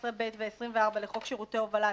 14(ב) ו-24 לחוק שירותי הובלה,